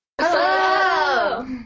Hello